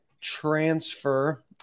transfer